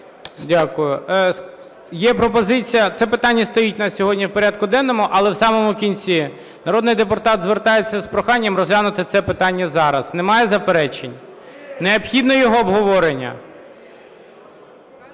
Дякую. Це питання стоїть в нас сьогодні в порядку денному, але в самому кінці. Народний депутат звертається з проханням розглянути це питання зараз. Немає заперечень? Необхідно його обговорення?